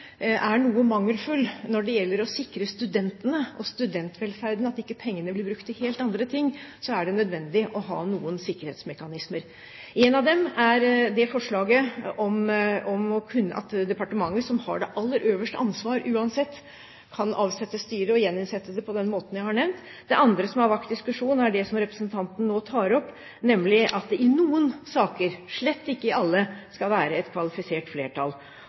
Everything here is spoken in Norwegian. er noe mangelfull når det gjelder å sikre studentene og studentvelferden – at ikke pengene blir brukt til helt andre ting – er det nødvendig å ha noen sikkerhetsmekanismer. En av dem er det forslaget om departementet, som har det aller øverste ansvaret uansett, kan avsette styret og gjeninnsette det på den måten jeg har nevnt. Det andre som har vakt diskusjon, er det som representanten nå tar opp, nemlig at det i noen saker – slett ikke i alle – skal være et kvalifisert flertall.